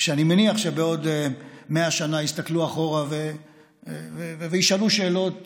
שאני מניח שבעוד 100 שנה יסתכלו אחורה וישאלו שאלות